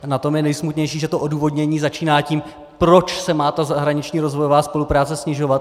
Na tom je nejsmutnější, že to odůvodnění začíná tím, proč se má ta zahraniční rozvojová spolupráce snižovat.